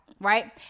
right